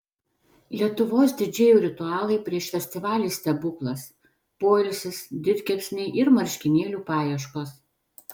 lietuvos didžėjų ritualai prieš festivalį stebuklas poilsis didkepsniai ir marškinėlių paieškos